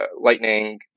lightning